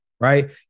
right